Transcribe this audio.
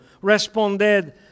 Responded